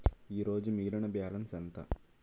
ఈరోజు మిగిలిన బ్యాలెన్స్ ఎంత?